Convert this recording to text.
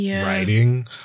writing